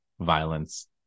violence